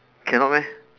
cannot meh